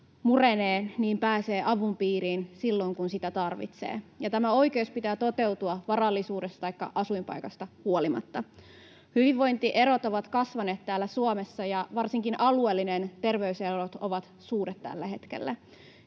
murenee, niin pääsee avun piiriin silloin, kun sitä tarvitsee, ja tämän oikeuden pitää toteutua varallisuudesta taikka asuinpaikasta huolimatta. Hyvinvointierot ovat kasvaneet täällä Suomessa, ja varsinkin alueelliset terveyserot ovat suuret tällä hetkellä.